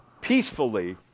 peacefully